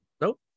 Nope